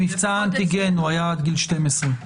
במבצע אנטיגן הוא היה עד גיל 12, כל הארץ.